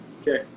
Okay